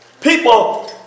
People